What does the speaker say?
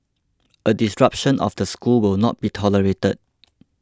a disruption of the school will not be tolerated